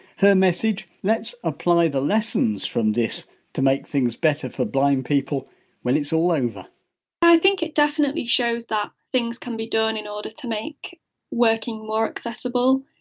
her message let's apply the lessons from this to make things better for blind people when it's all over i think it definitely shows that things can be done in order to make working more accessible,